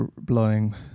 blowing